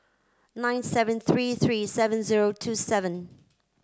nine seven three three seven zero two seven